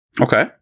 Okay